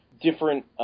different